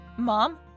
Mom